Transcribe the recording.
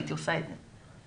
הייתי עושה את זה.